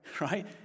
right